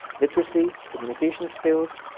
literacy, communication skills,